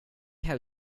how